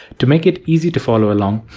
to make it easy to follow along,